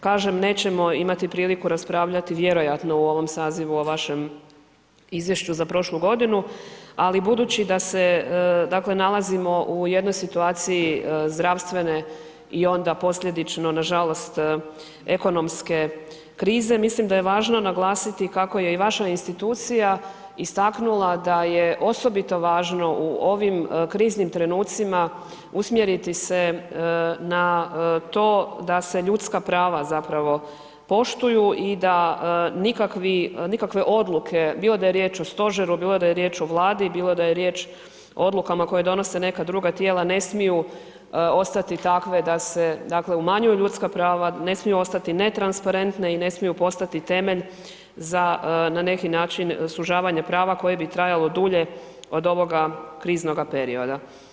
Kažem nećemo imati priliku raspravljati vjerojatno u ovom sazivu o vašem izvješću za prošlu godinu, ali budući da se dakle nalazimo u jednoj situaciji zdravstvene i onda posljedično nažalost ekonomske krize, mislim da je važno naglasiti kako je i vaša institucija istaknula da je osobito važno u ovim kriznim trenucima usmjeriti se na to da se ljudska prava zapravo poštuju i da nikakvi, nikakve odluke, bilo da je riječ o stožeru, bilo da je riječ o Vladi, bilo da je riječ o odlukama koje donose neka druga tijela, ne smiju ostati takve da se, dakle umanjuju ljudska prava, ne smiju ostati netransparentne i ne smiju postati temelj za na neki način sužavanje prava koje bi trajalo dulje od ovoga kriznoga perioda.